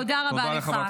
תודה רבה לך.